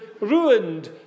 ruined